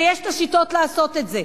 ויש את השיטות לעשות את זה.